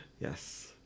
yes